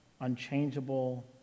unchangeable